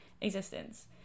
existence